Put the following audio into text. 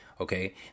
Okay